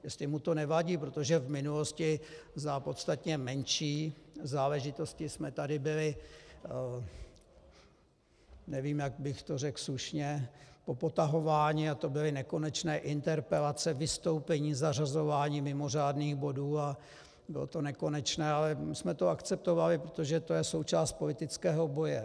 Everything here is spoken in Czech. Jestli mu to nevadí, protože v minulosti za podstatně menší záležitosti jsme tady byli, nevím, jak bych to řekl slušně, popotahováni, a to byly nekonečné interpelace, vystoupení, zařazování mimořádných bodů, bylo to nekonečné, ale my jsme to akceptovali, protože to je součást politického boje.